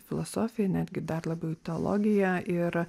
filosofiją netgi dar labiau į teologiją ir